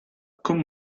con